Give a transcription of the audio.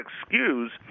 excuse –